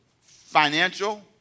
financial